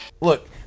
Look